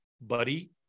buddy